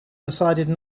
decided